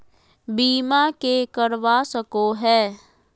बीमा के करवा सको है?